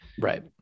Right